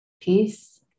peace